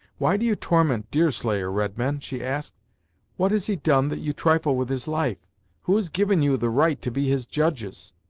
why do you torment deerslayer, redmen? she asked what has he done that you trifle with his life who has given you the right to be his judges?